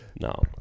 No